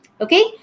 Okay